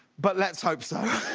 but let's hope so!